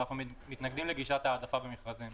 ואנחנו מתנגדים לגישת ההעדפה במכרזים,